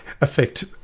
affect